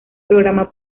programa